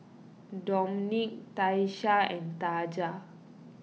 Domenic Tyesha and Taja